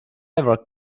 ever